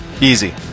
easy